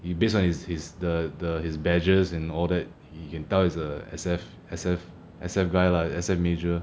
we based on his his the the his badges and all that he can tell is a S_F S_F S_F guy lah S_M major